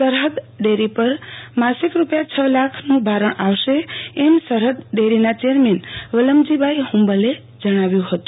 સરહદ ડેરી પર માસિક રૂપિયા છ લાખનું ભારણ આવશ એમ સરહદ ડેરીના ચેરમેન વલમજીભાઈ હુંબલ જણાવ્યું હતું